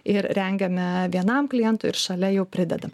ir rengiame vienam klientui ir šalia jau pridedam